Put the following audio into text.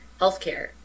healthcare